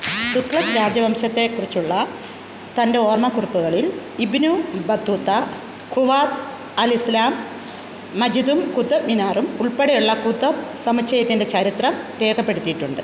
തുഗ്ലക്ക് രാജവംശത്തെ കുറിച്ചുള്ള തന്റെ ഓർമ്മക്കുറിപ്പുകളിൽ ഇബ്നു ബത്തൂത്ത ഖുവാത്ത് അൽ ഇസ്ലാം മജിദും കുത്തബ് മിനാറും ഉൾപ്പെടെയുള്ള കുത്തബ് സമുച്ചയത്തിന്റെ ചരിത്രം രേഖപ്പെടുത്തിയിട്ടുണ്ട്